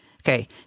Okay